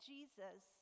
Jesus